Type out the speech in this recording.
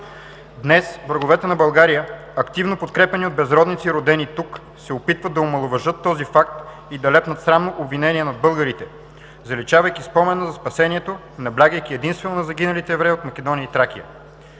Днес враговете на България, активно подкрепяни от безродници, родени тук, се опитват да омаловажат този факт и да лепнат срамни обвинения на българите, заличавайки спомена за спасението, наблягайки единствено на загиналите евреи от Македония и Тракия.